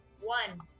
One